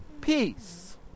peace